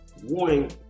warning